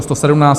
117.